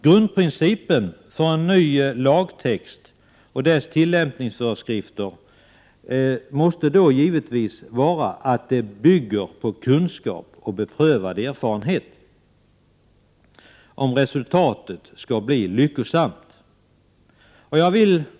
Grundprincipen för en ny lagtext och dess tillämpningsföreskrifter måste givetvis vara att de bygger på kunskap och beprövad erfarenhet — detta för att resultatet skall kunna bli lyckosamt.